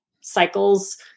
cycles